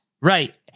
Right